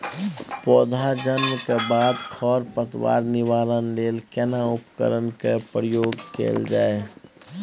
पौधा जन्म के बाद खर पतवार निवारण लेल केना उपकरण कय प्रयोग कैल जाय?